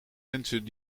mensen